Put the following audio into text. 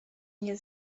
nie